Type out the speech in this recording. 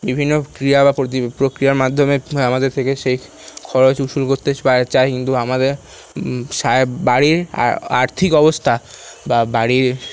বিভিন্ন ক্রিয়া বা প্রতি প্রক্রিয়ার মাধ্যমে আমাদের থেকে সে খরচ উশুল করতে চায় কিন্তু আমাদের সায় বাড়ির আর আর্থিক অবস্থা বা বাড়ির